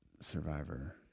survivor